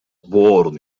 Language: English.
born